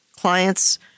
clients